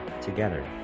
together